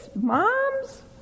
moms